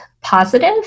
positive